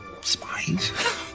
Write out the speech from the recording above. spies